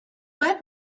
let